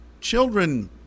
Children